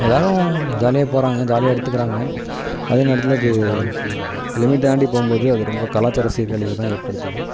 எல்லாரும் ஜாலியாக போகிறாங்க ஜாலியாக எடுத்துக்கிறாங்க அதே நேரத்தில் அது லிமிட் தாண்டி போகும் போது அது ரொம்ப கலாச்சார சீர்கழிவு தான் ஏற்ப்படுத்துது